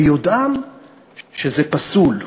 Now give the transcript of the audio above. ביודעם שזה פסול.